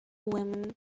women